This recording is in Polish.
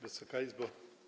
Wysoka Izbo!